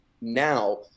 now